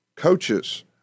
Coaches